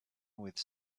with